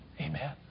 Amen